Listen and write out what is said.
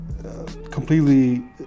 completely